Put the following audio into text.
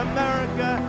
America